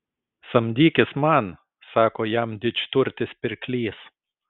samdykis man sako jam didžturtis pirklys